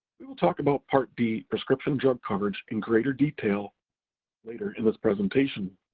we will talk about part d prescription drug coverage in greater detail later in this presentation.